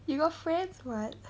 you got friends [what]